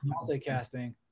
multicasting